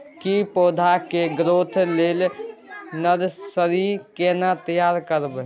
की पौधा के ग्रोथ लेल नर्सरी केना तैयार करब?